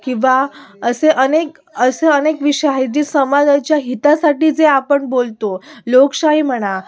किंवा असे अनेक असे अनेक विषय आहेत जी समाजाच्या हितासाठी जे आपण बोलतो लोकशाही म्हणा